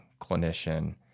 clinician